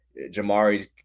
Jamari's